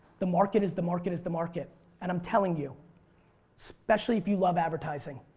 the market is the market is the market and i'm telling you especially if you love advertising,